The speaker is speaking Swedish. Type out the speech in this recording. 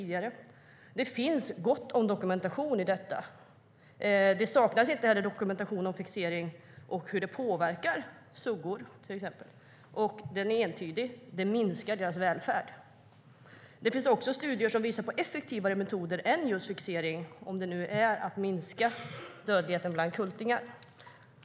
Det finns gott om dokumentation om detta. Det saknas inte heller dokumentation om fixering och hur det påverkar suggor, till exempel. Den är entydig: Det minskar deras välfärd. Det finns även studier som visar på effektivare metoder än just fixering, om det nu handlar om att minska dödligheten bland kultingar.